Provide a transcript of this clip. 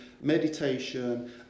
meditation